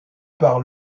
par